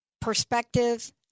perspective